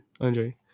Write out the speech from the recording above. Andre